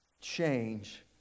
change